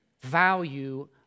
value